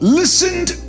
listened